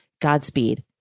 Godspeed